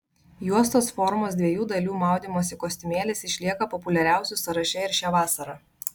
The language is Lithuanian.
juostos formos dviejų dalių maudymosi kostiumėlis išlieka populiariausių sąraše ir šią vasarą